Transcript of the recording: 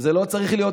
לא צריך להיות נביא,